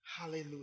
Hallelujah